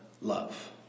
love